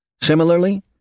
Similarly